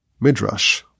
midrash